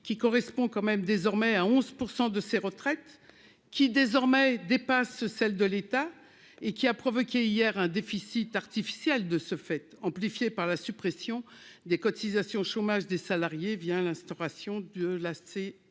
qui correspond quand même désormais à 11 % de ces retraites qui désormais dépasse celle de l'État et qui a provoqué hier un déficit artificiel, de ce fait, amplifiée par la suppression des cotisations chômage des salariés via l'instauration de la C.